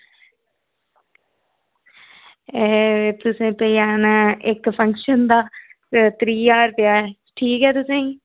ऐ तुसेंगी पेई जाना इक फक्शंन दा त्रीह् ज्हार रपेआ ठीक ऐ तुसेंगी